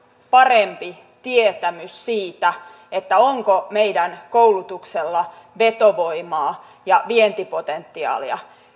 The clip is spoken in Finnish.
parempi tietämys siitä onko meidän koulutuksella vetovoimaa ja vientipotentiaalia